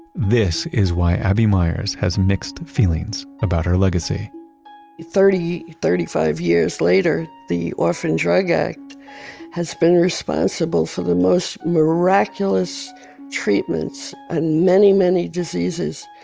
this is why abbey meyers has mixed feelings about her legacy thirty, thirty five years later, the orphan drug act has been responsible for the most miraculous treatments in ah many many diseases,